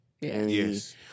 Yes